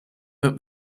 but